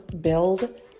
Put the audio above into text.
build